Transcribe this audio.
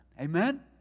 Amen